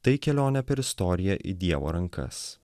tai kelionė per istoriją į dievo rankas